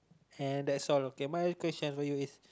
and that's all okay my question for you is